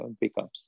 becomes